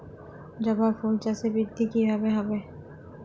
জবা ফুল চাষে বৃদ্ধি কিভাবে হবে?